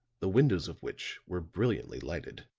the windows of which were brilliantly lighted.